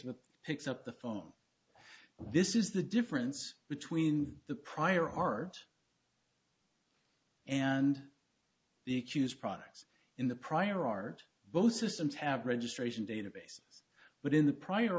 picks up the phone this is the difference between the prior art and the accused products in the prior art both systems have registration database but in the prior